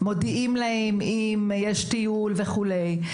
מודיעים להם אם יש טיול וכולי.